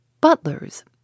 Butlers